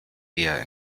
eher